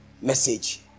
message